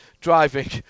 driving